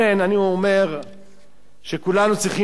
אני אומר שכולנו צריכים פה,